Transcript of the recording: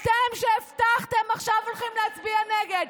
אתם, שהבטחתם, עכשיו הולכים להצביע נגד.